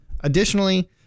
Additionally